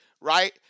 right